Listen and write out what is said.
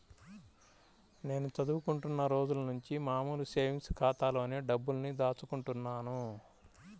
నేను చదువుకుంటున్న రోజులనుంచి మామూలు సేవింగ్స్ ఖాతాలోనే డబ్బుల్ని దాచుకుంటున్నాను